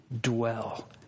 dwell